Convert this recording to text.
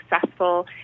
successful